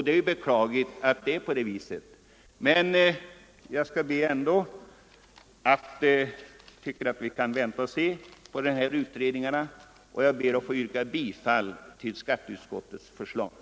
Det är beklagligt att det är på det viset. — Skatterättviseut Jag tycker alltså att vi kan avvakta utredningarnas resultat. Jag ber att — redning få yrka bifall till skatteutskottets hemställan.